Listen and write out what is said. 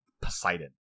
Poseidon